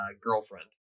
girlfriend